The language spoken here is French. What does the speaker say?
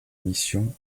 mission